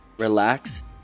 relax